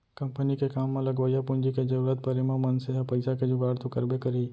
company के काम म लगवइया पूंजी के जरूरत परे म मनसे ह पइसा के जुगाड़ तो करबे करही